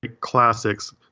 classics